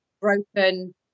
broken